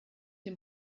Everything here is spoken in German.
dem